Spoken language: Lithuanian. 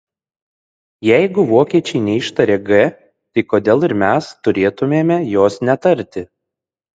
jeigu vokiečiai neištarė g tai kodėl ir mes turėtumėme jos netarti